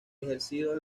ejercido